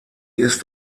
ist